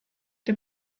der